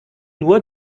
nur